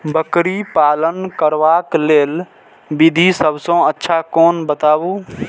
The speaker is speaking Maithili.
बकरी पालन करबाक लेल विधि सबसँ अच्छा कोन बताउ?